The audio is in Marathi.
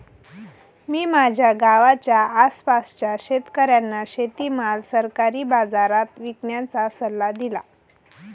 मी माझ्या गावाच्या आसपासच्या शेतकऱ्यांना शेतीमाल सरकारी बाजारात विकण्याचा सल्ला दिला